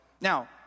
Now